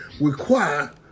require